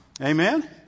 Amen